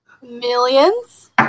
Millions